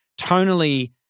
tonally